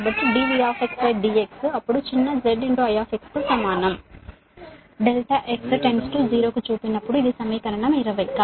కాబట్టి dVdx అప్పుడు చిన్న z I కు సమానం ∆x tends to 0 కు చూపినప్పుడు ఇది సమీకరణం 20